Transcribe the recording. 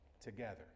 together